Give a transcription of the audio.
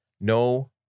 No